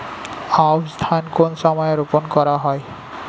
আউশ ধান কোন সময়ে রোপন করা হয়?